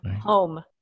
home